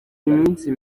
iminsi